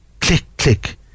click-click